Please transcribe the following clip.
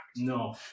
No